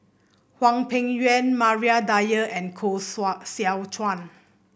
Hwang Peng Yuan Maria Dyer and Koh Seow Chuan